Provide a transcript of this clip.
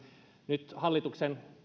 nyt hallituksen